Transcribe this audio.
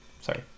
Sorry